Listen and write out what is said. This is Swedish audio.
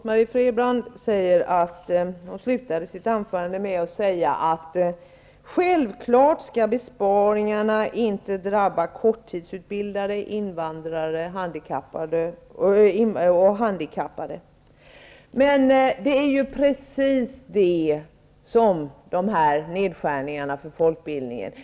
Fru talman! Rose-Marie Frebran slutade sitt anförande med att säga att besparingarna självfallet inte skall drabba korttidsutbildade, invandrare och handikappade. Men det är ju precis det som de här nedskärningarna för folkbildningen gör.